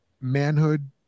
manhood